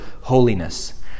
holiness